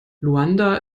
luanda